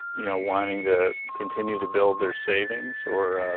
you know, wanting to continue to build their savings, or